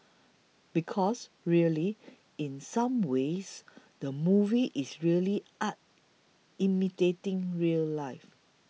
because really in some ways the movie is really art imitating real life